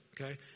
okay